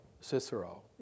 Cicero